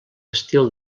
estil